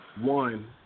one